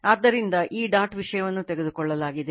ಆದ್ದರಿಂದ ಈ ಡಾಟ್ ವಿಷಯವನ್ನು ತೆಗೆದುಕೊಳ್ಳಲಾಗಿದೆ